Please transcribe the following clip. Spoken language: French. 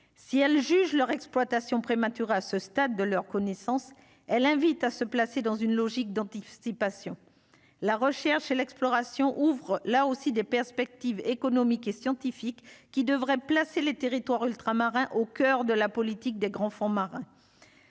si elle juge leur exploitation prématuré à ce stade de leur connaissances, elle invite à se placer dans une logique d'anticonstipation la recherche et l'exploration ouvre là aussi des perspectives économiques et scientifiques qui devrait placer les territoires ultramarins au coeur de la politique des grands fonds marins,